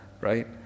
Right